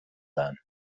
then